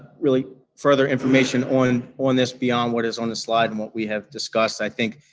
really further information on on this beyond what is on the slide and what we have discussed. i think,